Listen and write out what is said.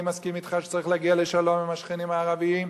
אני מסכים אתך שצריך להגיע לשלום עם השכנים הערבים,